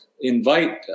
invite